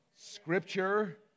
Scripture